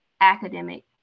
academic